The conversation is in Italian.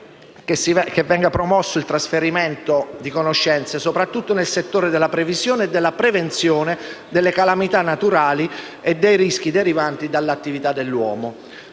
che venga promosso il trasferimento di conoscenze, soprattutto nel settore della previsione e della prevenzione delle calamità naturali e dei rischi derivanti dall'attività dell'uomo.